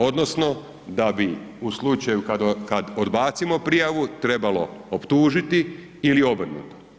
Odnosno, da bi u slučaju kad odbacimo prijavu, trebalo optužiti ili obrnuto.